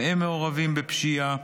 שגם הם מעורבים בפשיעה.